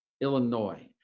Illinois